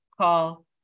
Call